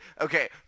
okay